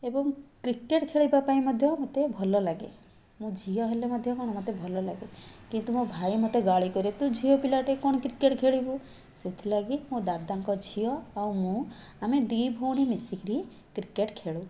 ଏବଂ କ୍ରିକେଟ୍ ଖେଳିବା ପାଇଁ ମଧ୍ୟ ମୋତେ ଭଲଲାଗେ ମୁଁ ଝିଅ ହେଲେ ମଧ୍ୟ କ'ଣ ମୋତେ ଭଲ ଲାଗେ କିନ୍ତୁ ମୋ ଭାଇ ମୋତେ ଗାଳି କରେ ତୁ ଝିଅ ପିଲାଟା କ'ଣ କ୍ରିକେଟ୍ ଖେଳିବୁ ସେଥିଲାଗି ମୋ ଦାଦାଙ୍କ ଝିଅ ଆଉ ମୁଁ ଆମେ ଦୁଇ ଭଉଣୀ ମିଶିକରି କ୍ରିକେଟ୍ ଖେଳୁ